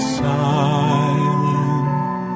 silent